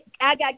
Agag